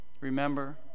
remember